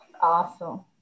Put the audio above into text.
Awesome